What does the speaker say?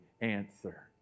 answer